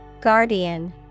Guardian